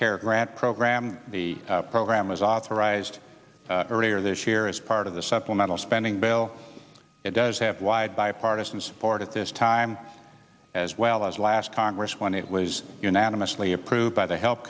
care grant program the program was authorized earlier this year as part of the supplemental spending bill that does have wide bipartisan support at this time as well as last congress when it was unanimously approved by the he